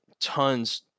tons